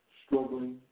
struggling